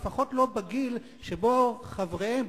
לפחות לא בגיל שבו חבריהם,